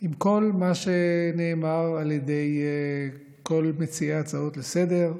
עם כל מה שנאמר על ידי כל מציעי ההצעות לסדר-היום.